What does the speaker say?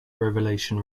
revelation